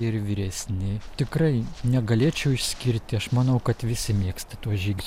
ir vyresni tikrai negalėčiau išskirti aš manau kad visi mėgsta tuos žygius